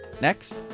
next